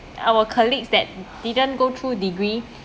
our colleagues that didn't go through degree